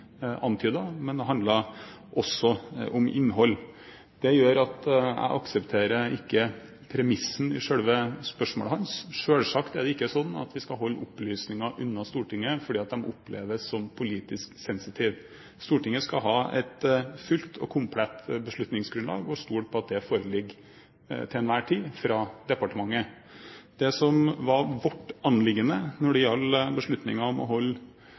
antydet, men det handler også om innhold. Det gjør at jeg ikke aksepterer premissen i selve spørsmålet hans. Selvsagt er det ikke slik at vi skal holde opplysninger unna Stortinget fordi de oppleves som politisk sensitive. Stortinget skal ha et fullt og komplett beslutningsgrunnlag, og skal kunne stole på at det til enhver tid foreligger fra departementet. Det som var vårt anliggende når det gjelder beslutningen om å holde